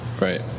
Right